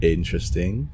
Interesting